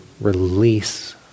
release